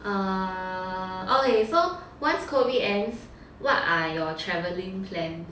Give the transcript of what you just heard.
err okay so once COVID ends what are your travelling plan